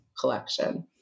collection